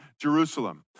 Jerusalem